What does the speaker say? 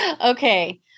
Okay